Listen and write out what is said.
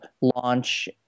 launch